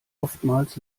oftmals